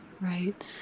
Right